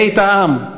בית העם,